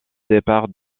départ